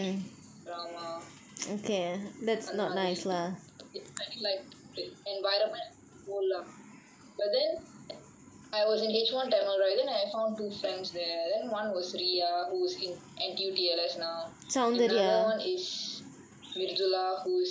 drama அந்த மாதிரி:antha maathiri ya so I didn't like the environment the whole lah but then I was in H one tamil right then I found two friends there then one was riya who is in N_T_U T_L_S now another one is angela who is